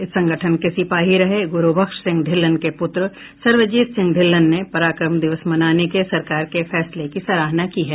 इस संगठन के सिपाही रहे ग्रूबख्श सिंह ढ़िल्लन के पूत्र सर्वजीत सिंह ढ़िल्लन ने पराक्रम दिवस मनाने के सरकार के फैसले की सराहना की है